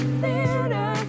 theater